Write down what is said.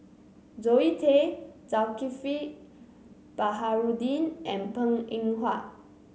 Zoe Tay Zulkifli Baharudin and Png Eng Huat